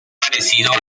parecido